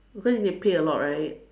because you need to pay a lot right